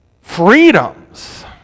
freedoms